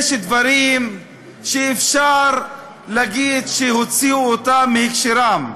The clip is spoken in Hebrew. יש דברים שאפשר להגיד שהוציאו אותם מהקשרם,